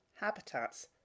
habitats